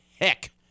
heck